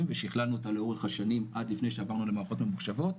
ושכללנו אותה לאורך השנים עד לפני שעברנו למערכות ממוחשבות.